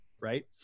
right